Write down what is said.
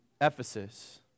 Ephesus